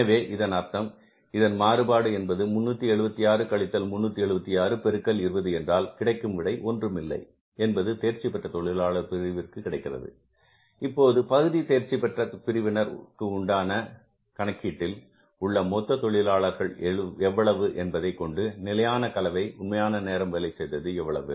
எனவே இதன் அர்த்தம் இந்த மாறுபாடு என்பது 376 கழித்தல் 376 பெருக்கல் 20 என்றால் கிடைக்கும் விடை ஒன்றுமில்லை என்பது தேர்ச்சிபெற்ற தொழிலாளர் பிரிவினருக்கு கிடைக்கிறது இப்போது பகுதி தேர்ச்சி பெற்ற பிரிவினர் உண்டான கணக்கீட்டில் உள்ள மொத்த தொழிலாளர்கள் எவ்வளவு என்பதைக் கொண்டு நிலையான கலவை உண்மையான நேரம் வேலை செய்தது எவ்வளவு